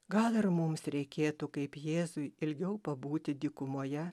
gal ir mums reikėtų kaip jėzui ilgiau pabūti dykumoje